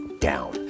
Down